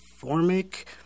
formic